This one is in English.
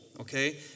okay